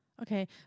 Okay